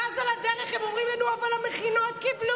ואז על הדרך הם אומרים לנו: אבל המכינות קיבלו,